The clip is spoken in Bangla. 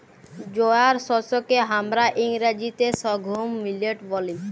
জয়ার শস্যকে হামরা ইংরাজিতে সর্ঘুম মিলেট ব্যলি